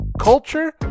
culture